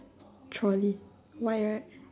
trolley white right